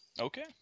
Okay